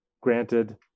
granted